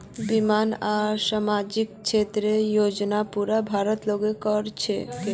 बीमा आर सामाजिक क्षेतरेर योजना पूरा भारतत लागू क र छेक